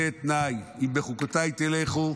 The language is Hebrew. יש לזה תנאי: "אם בחקתי תלכו"